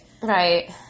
Right